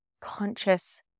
conscious